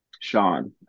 Sean